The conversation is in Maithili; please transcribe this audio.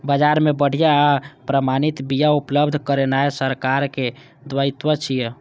बाजार मे बढ़िया आ प्रमाणित बिया उपलब्ध करेनाय सरकारक दायित्व छियै